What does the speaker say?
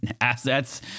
Assets